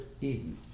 Eden